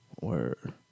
Word